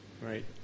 right